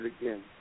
again